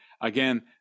Again